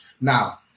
Now